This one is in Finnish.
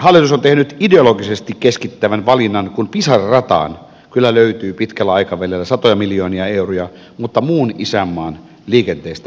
hallitus on tehnyt ideologisesti keskittävän valinnan kun pisara rataan kyllä löytyy pitkällä aikavälillä satoja miljoonia euroja mutta muun isänmaan liikenteestä pihistetään